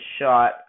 shot